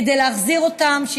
כדי להחזיר אותם,